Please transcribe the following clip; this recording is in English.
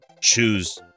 choose